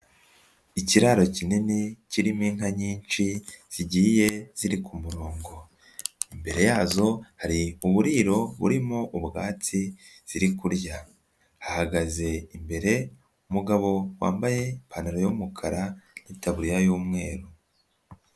Ikiraro kinini kirimo inka nyinshi zigiye ziri ku murongo, imbere yazo, hari uburiro burimo ubwatsi ziri kurya, hahagaze imbere umugabo wambaye ipantaro y'umukara n'itaburiya y'umweru.